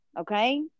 okay